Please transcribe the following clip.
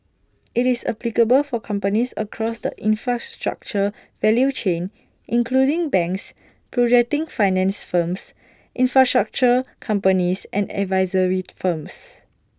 IT is applicable for companies across the infrastructure value chain including banks projecting finance firms infrastructure companies and advisory firms